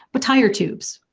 but tie your tubes.